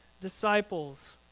disciples